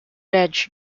reg